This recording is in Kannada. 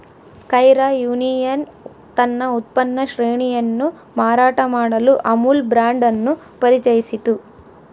ಕೈರಾ ಯೂನಿಯನ್ ತನ್ನ ಉತ್ಪನ್ನ ಶ್ರೇಣಿಯನ್ನು ಮಾರಾಟ ಮಾಡಲು ಅಮುಲ್ ಬ್ರಾಂಡ್ ಅನ್ನು ಪರಿಚಯಿಸಿತು